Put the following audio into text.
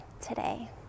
today